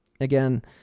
Again